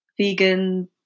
vegan